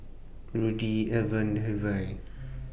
Rudy Alvan Hervey